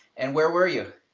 and where were you?